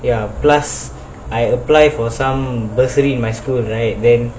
ya plus I apply for some bursary in my school right then